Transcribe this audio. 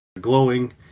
glowing